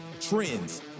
trends